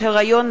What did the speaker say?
היריון,